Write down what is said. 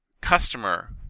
customer